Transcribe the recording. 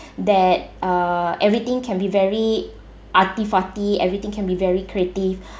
that uh everything can be very arty farty everything can be very creative